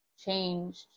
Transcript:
changed